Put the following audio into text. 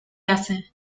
hace